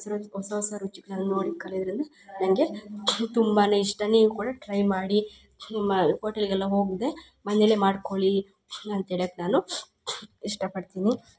ಹೊಸ್ರ ಹೊಸ ಹೊಸ ರುಚಿ ನೋಡಿ ಕಲಿಯೊದರಿಂದ ನನಗೆ ತುಂಬಾನೇ ಇಷ್ಟ ನೀವು ಕೂಡ ಟ್ರೈ ಮಾಡಿ ನಿಮ್ಮ ಹೋಟೆಲ್ಗೆಲ್ಲ ಹೋಗದೇ ಮನೆಯಲ್ಲೆ ಮಾಡ್ಕೊಲ್ಲಿ ಅಂತ ಹೇಳಕ್ಕೆ ನಾನು ಇಷ್ಟಪಡ್ತೀನಿ